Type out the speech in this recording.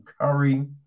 Curry